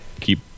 keep